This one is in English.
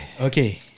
Okay